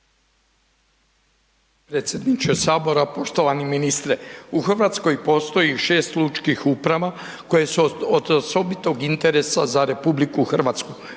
podpredsjedniče sabora, poštovani ministre u Hrvatskoj postoji 6 lučkih uprava koje su od osobitog interesa za RH, gospodarskog